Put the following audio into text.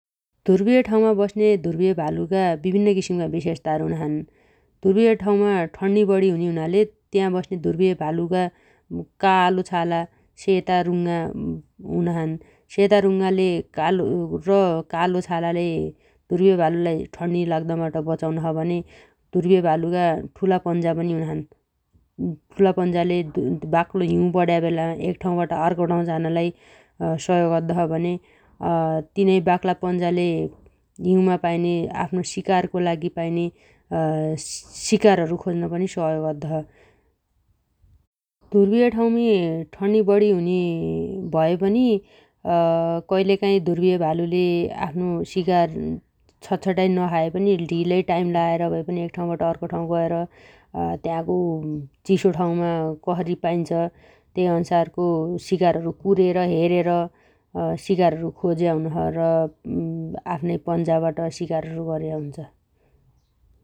ध्रुवीय ठाउँमा बस्ने ध्रुवीय भालुगा विभिन्न किसिमका विशेषताहरू हुनाछन् । ध्रुवीय ठाउँमा ठण्नी बढि हुने हुनाले त्या बस्ने ध्रुवीय भालुगा कालो छाला सेता रूंगा हुनाछन् । सेता रूंगाले कालो र कालो छालाले ध्रुवीय भालुलाइ ठण्नी लाग्नबाट बचाउनो छ भने ध्रुवीय भालुगा ठुला पन्जा पनि हुनाछन् । ठुला पन्जाले बाक्लो हिउ पण्या बेला एक ठाउँबाट अर्को ठाउँ झानलाइ सहयोग अद्दोछ भने अँ तिनै बाक्ला पन्जाले हिउमा पाइने आफ्नो शिकारको लागि पाइने शिकारहरु खोज्न पनि सहयोग अद्दोछ । ध्रुवीय ठाउँमी ठण्नी बढि हुने भयापनि कैलेकाइ ध्रुवीय भालुले आफ्नो शिकार छट्छटाइ नखाएपनि ढिलै टाइम लाएर भएपनि एक ठाउबाट अर्को ठाउ गएर तागो चिसो ठाउमा कसरी पाइन्छ त्यै अन्सारको शिकारहरु कुरेर हेरेर शिकारहरु खोज्या हुनोछ र आफ्नै पन्जाबाट शिकारहरु अर्या हुन्छ ।